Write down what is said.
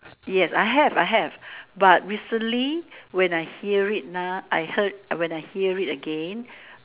yes I have I have but recently when I hear it nah I heard when I hear it again